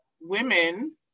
Women